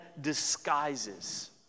disguises